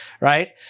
right